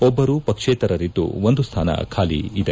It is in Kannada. ಒಬ್ಬರು ಪಕ್ಷೇತರರಿದ್ದು ಒಂದು ಸ್ಥಾನ ಖಾಲಿ ಇದೆ